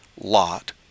Lot